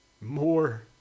More